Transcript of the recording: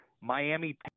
Miami